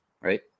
right